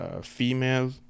Female